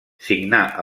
signà